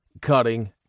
cutting